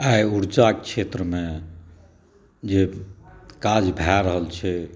आइ ऊर्जा के क्षेत्र मे जे काज भए रहल छै